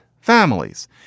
families